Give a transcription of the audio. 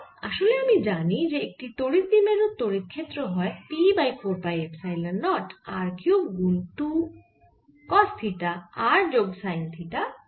আসলে আমি জানি যে একটি তড়িৎ দ্বিমেরুর তড়িৎ ক্ষেত্র হয় P by 4 pi epsilon naught r cube গুন 2 কস থিটা r যোগ সাইন থিটা থিটা